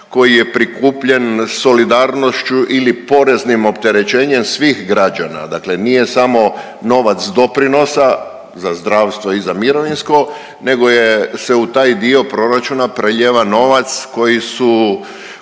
koji je prikupljen solidarnošću ili poreznim opterećenjem svih građana. Dakle, nije samo novac doprinosa za zdravstvo i za mirovinsko nego se u taj dio proračuna prelijeva novac koji je